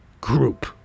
group